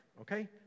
okay